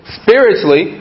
spiritually